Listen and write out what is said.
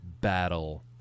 battle